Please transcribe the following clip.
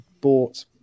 bought